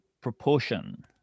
proportion